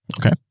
Okay